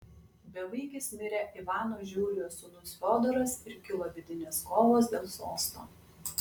bevaikis mirė ivano žiauriojo sūnus fiodoras ir kilo vidinės kovos dėl sosto